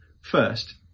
First